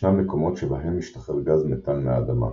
ישנם מקומות שבהם משתחרר גז מתאן מהאדמה.